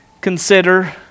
consider